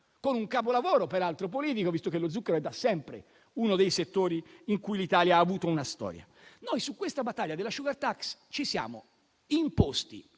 con un capolavoro politico, visto che lo zucchero è, da sempre, uno dei settori in cui l'Italia ha avuto una storia. Noi, su questa battaglia della *sugar tax*, ci siamo imposti